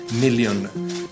million